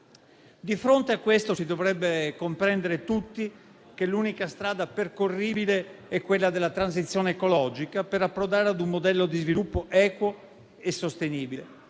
Di fronte a questo si dovrebbe comprendere da parte di tutti che l'unica strada percorribile è quella della transizione ecologica per approdare a un modello di sviluppo equo e sostenibile